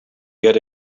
get